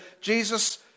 Jesus